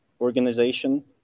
organization